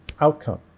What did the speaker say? outcome